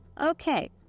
Okay